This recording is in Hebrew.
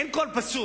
אין קול פסול.